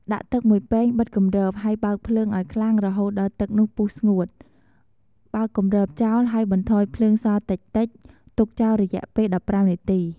ដាក់ទឹក១ពែងបិទគម្រប ហើយបើកភ្លើងឱ្យខ្លាំងរហូតដល់ទឹកនោះពុះស្ងួត បើកគម្របចោល ហើយបន្ថយភ្លើងសល់តិចៗ ទុកចោលរយៈពេល១៥នាទី។